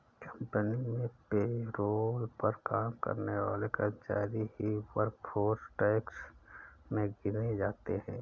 company में payroll पर काम करने वाले कर्मचारी ही वर्कफोर्स टैक्स में गिने जाते है